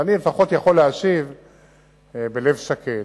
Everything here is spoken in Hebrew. אבל אני יכול להשיב בלב שקט